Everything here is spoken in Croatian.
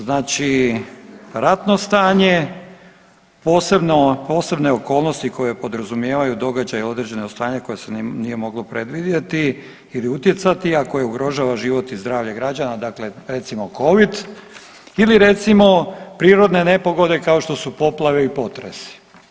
Znači, ratno stanje, posebno, posebne okolnosti koje podrazumijevaju događaje određene od strane koje se nije moglo predvidjeti ili utjecati, a koje ugrožava život i zdravlje građana, dakle recimo covid ili recimo prirodne nepogode kao što su poplave i potresi.